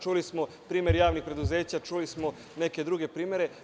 Čuli smo primer javnih preduzeća, čuli smo neke druge primere.